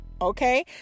okay